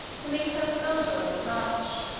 to meet alexander on his march.